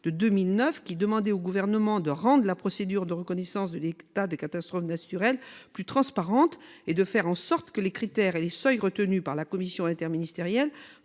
en 2009, lequel demandait au Gouvernement de rendre la procédure de reconnaissance de l'état de catastrophe naturelle plus transparente et de faire en sorte que les critères et les seuils retenus par la commission interministérielle